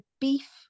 beef